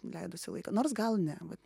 leidusi laiką nors gal ne vat